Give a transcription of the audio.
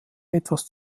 etwas